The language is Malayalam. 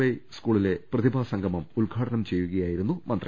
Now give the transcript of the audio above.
വൈ സ്കൂളിലെ പ്രതി ഭാസംഗമം ഉദ്ഘാടനം ചെയ്യുകയായിരുന്നു മന്ത്രി